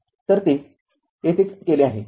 तरते येथे केले आहे